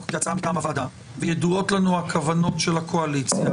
כהצעה מטעם הוועדה וידועות לנו הכוונות של הקואליציה,